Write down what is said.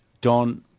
don